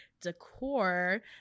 decor